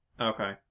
Okay